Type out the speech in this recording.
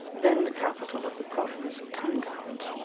then the capital of the province of tangaut,